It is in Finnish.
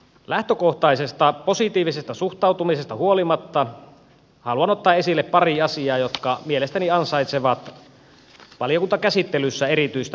lähtökohtaisesta positiivisesta suhtautumisesta huolimatta haluan ottaa esille pari asiaa jotka mielestäni ansaitsevat valiokuntakäsittelyssä erityistä huomiota